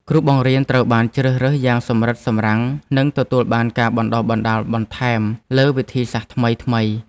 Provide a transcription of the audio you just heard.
គ្រូបង្រៀនត្រូវបានជ្រើសរើសយ៉ាងសម្រិតសម្រាំងនិងទទួលបានការបណ្តុះបណ្តាលបន្ថែមលើវិធីសាស្ត្រថ្មីៗ។